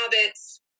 habits